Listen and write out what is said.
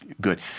good